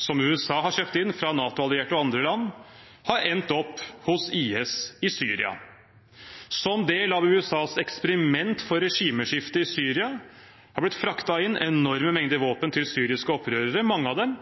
som USA har kjøpt inn fra NATO-allierte og andre land, har endt opp hos IS i Syria. Som del av USAs eksperiment for regimeskifte i Syria har det blitt fraktet inn enorme mengder våpen til syriske opprørere, mange av dem